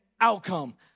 outcome